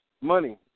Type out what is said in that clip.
money